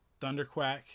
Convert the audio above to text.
thunderquack